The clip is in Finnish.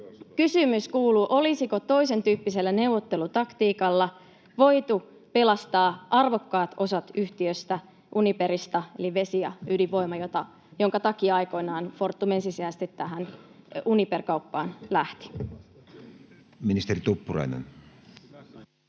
Kysymys kuuluu: olisiko toisentyyppisellä neuvottelutaktiikalla voitu pelastaa arvokkaat osat yhtiöstä, Uniperista, eli vesi- ja ydinvoima, jonka takia aikoinaan Fortum ensisijaisesti tähän Uniper-kauppaan lähti?